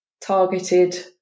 targeted